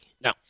No